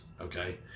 Okay